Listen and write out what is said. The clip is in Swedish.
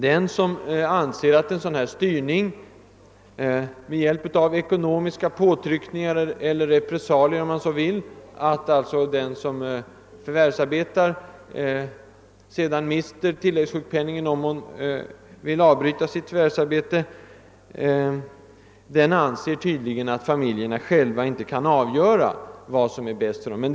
Den som anser att det behövs en styrning genom ekonomiska påtryckningar eller, om man så vill, repressalier har tydligen den uppfattningen att familjerna själva inte kan avgöra vad som är bäst för dem.